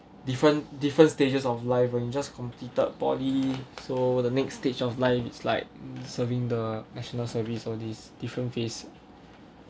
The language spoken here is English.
different different stages of life when you just completed poly so the next stage of life it's like serving the national service all these different phase